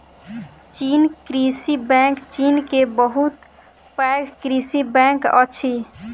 चीन कृषि बैंक चीन के बहुत पैघ कृषि बैंक अछि